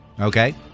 Okay